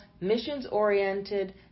missions-oriented